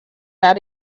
out